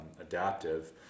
adaptive